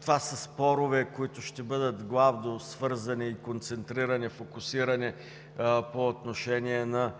Това са спорове, които ще бъдат главно свързани и концентрирани, фокусирани по отношение на